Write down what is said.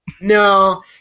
No